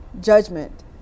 judgment